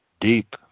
deep